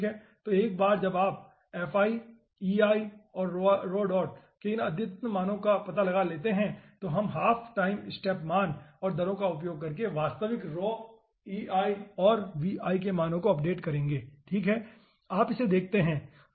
तो एक बार जब आप और के इन अद्यतन मानों का पता लगा लेते हैं तो हम हाफ टाइम स्टेप मान और दरों का उपयोग करके वास्तविक और Vi के मानों को अपडेट करेंगे ठीक है